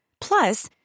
Plus